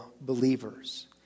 believers